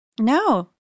No